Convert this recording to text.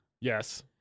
Yes